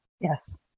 Yes